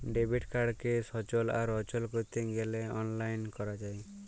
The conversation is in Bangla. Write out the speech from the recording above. ডেবিট কাড়কে সচল আর অচল ক্যরতে গ্যালে অললাইল ক্যরা যায়